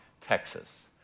Texas